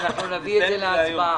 אנחנו נביא את זה להצבעה.